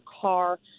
car